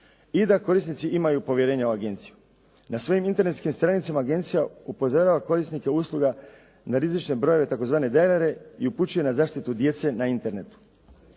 i da korisnici imaju povjerenja u agenciju. Na svojim internetskim stranicama agencija upozorava korisnike usluga na rizične brojeve tzv. "dialere" i upućuje na zaštitu djece na internetu.